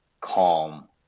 calm